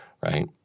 Right